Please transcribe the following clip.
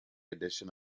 edition